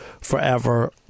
forever